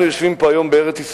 אנחנו יושבים פה היום בארץ-ישראל.